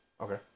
okay